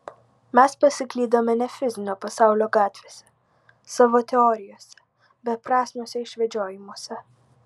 mes pasiklydome ne fizinio pasaulio gatvėse savo teorijose beprasmiuose išvedžiojimuose